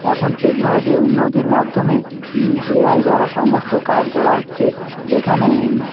এখন টেকনোলোজির উন্নতির মাধ্যমে এ আই দ্বারা সমস্ত কাজ করা হচ্ছে যেখানে